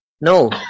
No